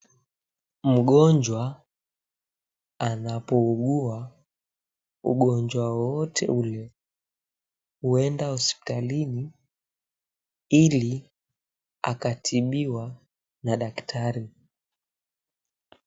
Mgonjwa anapougua ugonjwa wowote ule, huenda hospitalini ili akatibiwa na daktari.